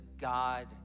God